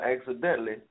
accidentally